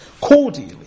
cordially